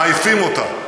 מעיפים אותה,